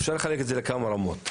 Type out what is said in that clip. אפשר לחלק את זה לכמה רמות,